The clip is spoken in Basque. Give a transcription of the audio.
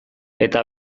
eta